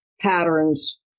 patterns